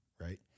Right